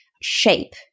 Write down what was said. shape